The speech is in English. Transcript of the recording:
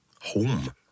Home